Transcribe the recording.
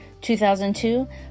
2002